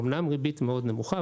אומנם ריבית מאוד נמוכה,